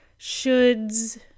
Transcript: shoulds